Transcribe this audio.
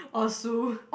or sue